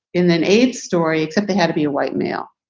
and then aids story, except they had to be a white male.